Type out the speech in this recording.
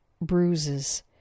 bruises